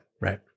Right